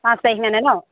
পাঁচ তাৰিখ মানে ন'